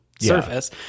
surface